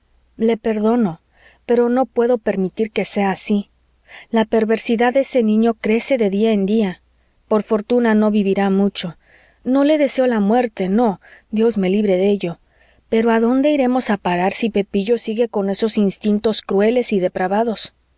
le perdono pero no puedo permitir que sea así la perversidad de ese niño crece de día en día por fortuna no vivirá mucho no le deseo la muerte no dios me libre de ello pero a dónde iremos a parar si pepillo sigue con esos instintos crueles y depravados